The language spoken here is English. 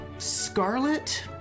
Scarlet